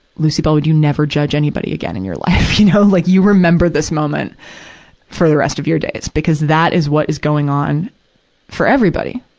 lucy bellwood, you never judge anybody again in your life. you know, like, you remember this moment for the rest of your days, because that is what is going for everybody,